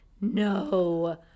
No